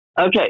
Okay